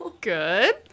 Good